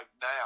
now